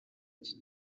iki